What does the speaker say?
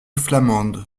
flamande